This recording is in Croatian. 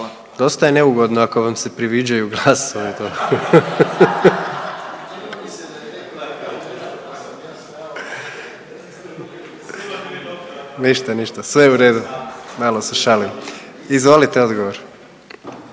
Dosta je neugodno ako vam se priviđaju glasovi…/Smijeh/…. Ništa, ništa, sve je u redu, malo se šalim. Izvolite odgovor.